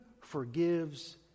forgives